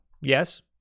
yes